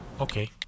okay